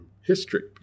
history